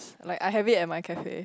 like I have it and my cafe